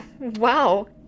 wow